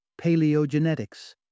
paleogenetics